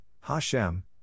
HaShem